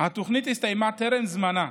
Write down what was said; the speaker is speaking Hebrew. הסתיימה טרם זמנה,